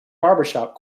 barbershop